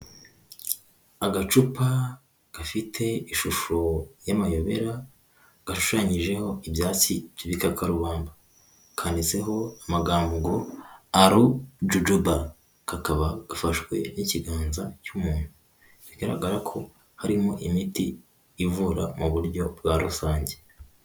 Agacupa gafite ishusho y'amayobera gashushanyijeho ibyatsi by'ibikakarubamba. Kanditseho amagambo ngo aloe jojoba. Kakaba gafashwe n'ikiganza cy'umuntu. Bigaragara ko harimo imiti ivura mu buryo bwa rusange.